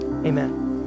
Amen